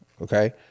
Okay